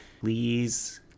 Please